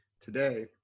today